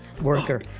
worker